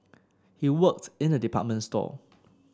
he worked in a department store